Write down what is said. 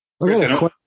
Okay